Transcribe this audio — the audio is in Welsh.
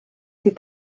sydd